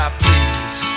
please